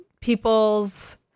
people's